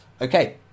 Okay